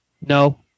No